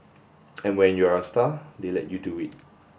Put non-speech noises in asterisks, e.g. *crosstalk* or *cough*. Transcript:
*noise* and when you're a star they let you do it